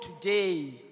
today